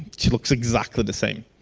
she looks exactly the same.